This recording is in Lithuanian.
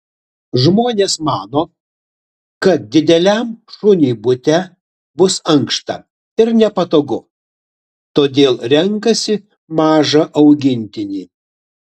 žmonės mano kad dideliam šuniui bute bus ankšta ir nepatogu todėl renkasi mažą augintinį